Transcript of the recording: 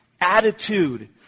attitude